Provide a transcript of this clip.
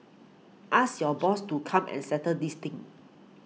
ask your boss to come and settle this thing